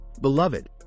beloved